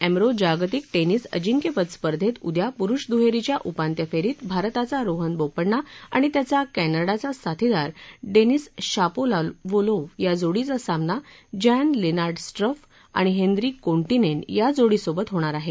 अॅमरो जागतिक टेनिस अजिंक्यपद स्पर्धेत उद्या पुरुष दुहेरीच्या उपांत्य फेरीत भारताचा रोहन बोपण्णा आणि त्याचा कॅनडाचा साथीदार डेनिस शापोव्हालोव्ह या जोडीचा सामना जॅन लेन्नार्ड स्ट्रफ आणि हेनरी कोंटीनेन या जोडीसोबत होणार आहे